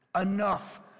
enough